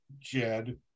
Jed